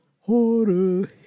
horror